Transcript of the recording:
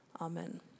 Amen